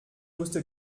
wusste